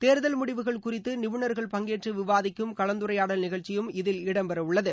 தேர்தல் முடிவுகள் குறித்து நிபுணர்கள் பங்கேற்று விவாதிக்கும் கலந்துரைடால் நிகழ்ச்சியும் இதில் இடம் பெறவுள்ளது